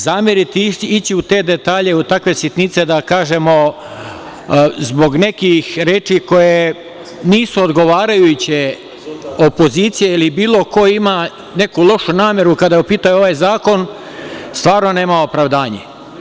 Zameriti, ići u te detalje, u takve sitnice da kažemo zbog nekih reči koje nisu odgovarajuće opozicija ili bilo ko ima neku lošu nameru kada je u pitanju ovaj zakon stvarno nema opravdanje.